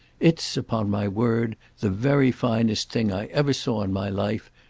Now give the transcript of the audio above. it's, upon my word, the very finest thing i ever saw in my life,